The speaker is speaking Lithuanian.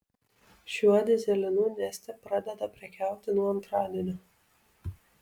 šiuo dyzelinu neste pradeda prekiauti nuo antradienio